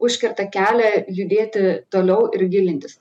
užkerta kelią judėti toliau ir gilintis